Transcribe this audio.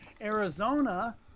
Arizona